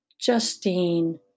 Justine